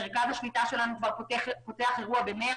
מרכז השליטה שלנו כבר פותח אירוע ב-100,